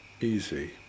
easy